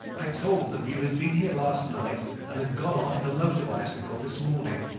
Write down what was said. i told them you had been here last night and had gone off on a motor bicycle this morning,